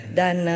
dan